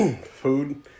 food